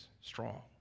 strong